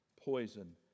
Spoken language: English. Poison